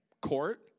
court